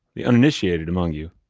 the uninitiated among you.